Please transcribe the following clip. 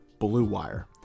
BLUEWIRE